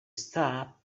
star